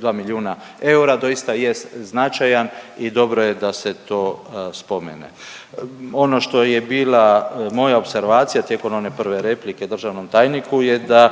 2 milijuna eura doista jest značajan i dobro je da se to spomene. Ono što je bila moja opservacija tijekom one prve replike državnom tajniku je da